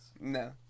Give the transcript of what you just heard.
No